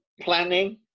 planning